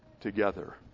together